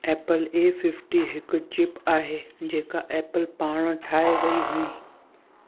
Apple A fifty हिकु chip आहे जेका एपल पाण ठाहे वई हुई